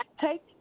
take